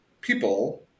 people